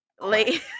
late